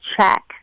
check